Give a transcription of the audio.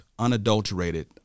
unadulterated